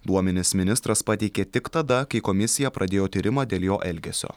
duomenis ministras pateikė tik tada kai komisija pradėjo tyrimą dėl jo elgesio